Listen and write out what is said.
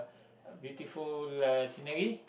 A beautiful uh scenery